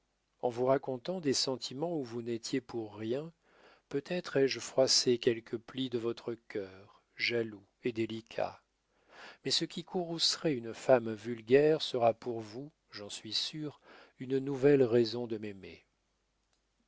en vous racontant des sentiments où vous n'étiez pour rien peut-être ai-je froissé quelque pli de votre cœur jaloux et délicat mais ce qui courroucerait une femme vulgaire sera pour vous j'en suis sûr une nouvelle raison de